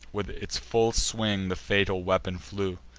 with its full swing the fatal weapon flew.